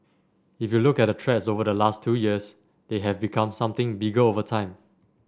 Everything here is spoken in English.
if you look at the threats over the last two years they have become something bigger over time